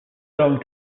going